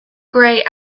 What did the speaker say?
grey